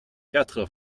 quatre